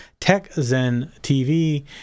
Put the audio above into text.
techzenTV